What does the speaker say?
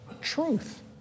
truth